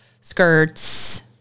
skirts